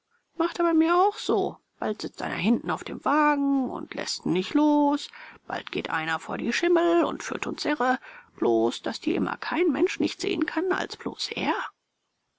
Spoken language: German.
macht er bei mir auch so bald sitzt einer hinten auf dem wagen und läßt n nicht los bald geht einer vor die schimmel und führt uns irre bloß daß die immer kein mensch nicht sehen kann als bloß er